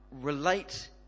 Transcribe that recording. relate